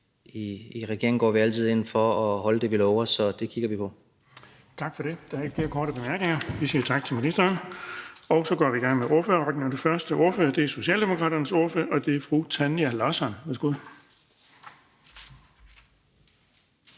i regeringen går vi altid ind for at holde det, vi lover, så det kigger vi på. Kl. 17:27 Den fg. formand (Erling Bonnesen): Der er ikke flere korte bemærkninger. Vi siger tak til ministeren, og så går vi i gang med ordførerrækken. Den første ordfører er Socialdemokraternes ordfører, og det er fru Tanja Larsson. Værsgo.